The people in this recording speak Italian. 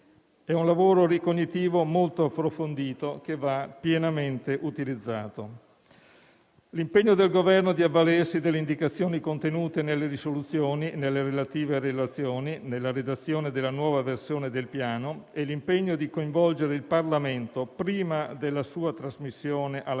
È un lavoro ricognitivo molto approfondito che va pienamente utilizzato. L'impegno del Governo di avvalersi delle indicazioni contenute nelle risoluzioni, nelle relative relazioni, nella redazione della nuova versione del Piano e l'impegno di coinvolgere il Parlamento prima della sua trasmissione alla